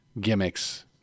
gimmicks